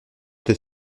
t’es